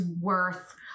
worth